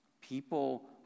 people